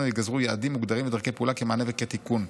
ייגזרו יעדים מוגדרים לדרכי פעולה כמענה וכתיקון.